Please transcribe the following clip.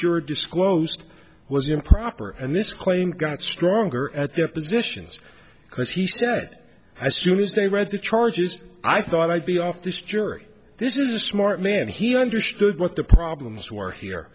juror disclosed was improper and this claim got stronger at their positions because he said as soon as they read the charges i thought i'd be off this jury this is a smart man and he understood what the problems were here